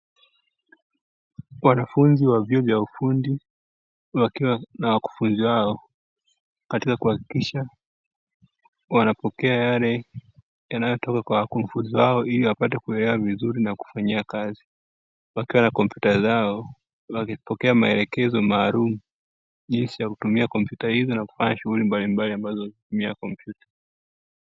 Wanafunzi wa vyuo vya ufundi wakiwa na wakufunzi wao katika kuhakikisha wanapokea yale yanayotoka kwa wakufunzi wao, ili wapate kuelewa vizuri na kufanyia kazi. Wakiwa na kompyuta zao, wakipokea maelekezo maalumu jinsi ya kutumia kompyuta hizo na kufanya shughuli mbalimbali amabzo zinatumia kompyuta.